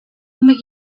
make